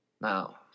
now